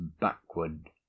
backward